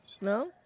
No